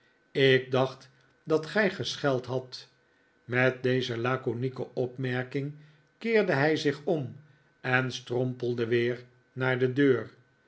ik dacht dat gij gescheld hadt met deze laconieke opmerking keerde hij zich om en strompelde weer naar de deur